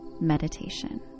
meditation